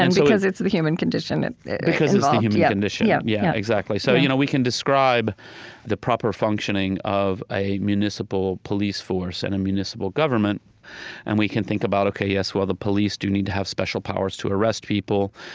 and because it's the human condition involved. yeah and because it's the human condition. yeah yeah. exactly. so you know we can describe the proper functioning of a municipal police force, and a municipal government and we can think about, ok, yes, well, the police do need to have special powers to arrest people.